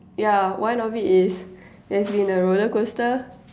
ya one of it is it's been a roller coaster